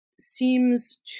seems